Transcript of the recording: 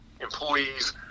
employees